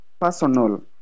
personal